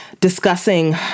Discussing